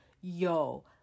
yo